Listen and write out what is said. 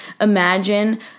imagine